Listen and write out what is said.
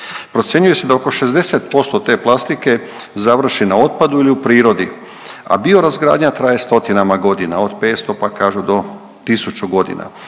Procjenjuje se da oko 60% te plastike završi na otpadu ili u prirodi, a biorazgradnja traje stotinama godina od 500 pa kažu do 1000 godina.